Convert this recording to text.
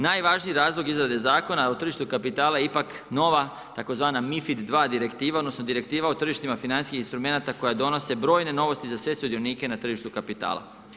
Najvažniji razlog izrade Zakona o tržištu kapitala je ipak nova tzv. MiFID II direktiva, odnosno direktiva o tržištima financijskih instrumenata koja donose brojne novosti za sve sudionike na tržištu kapitala.